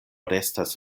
restas